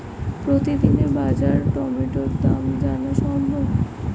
প্রতিদিনের বাজার টমেটোর দাম জানা সম্ভব?